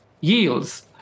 yields